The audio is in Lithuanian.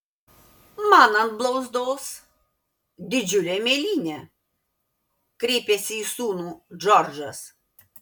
man ant blauzdos didžiulė mėlynė kreipėsi į sūnų džordžas